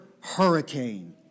hurricane